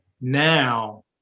now